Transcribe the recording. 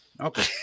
Okay